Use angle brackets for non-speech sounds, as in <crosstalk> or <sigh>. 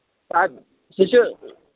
<unintelligible> سُہ چھِ